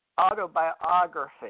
autobiography